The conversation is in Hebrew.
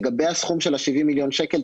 לגבי ה-70 מיליון שקלים,